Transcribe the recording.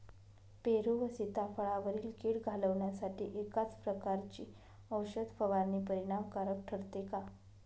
पेरू व सीताफळावरील कीड घालवण्यासाठी एकाच प्रकारची औषध फवारणी परिणामकारक ठरते का?